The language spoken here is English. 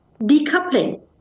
decoupling